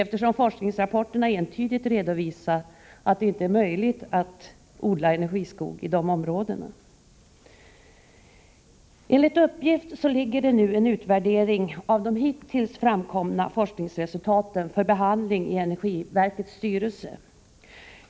Forskningsrapporterna redovisar entydigt att det inte är möjligt att odla energiskog i de områdena. Enligt uppgift ligger nu en utvärdering av de hittills framkomna forskningsresultaten hos energiverkets styrelse för behandling.